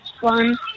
one